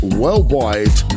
worldwide